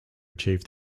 achieved